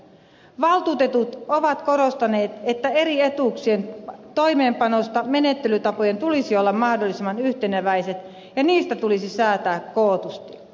valtuutetut ovat korostaneet että eri etuuksien toimeenpanossa menettelytapojen tulisi olla mahdollisimman yhteneväiset ja niistä tulisi säätää kootusti